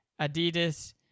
Adidas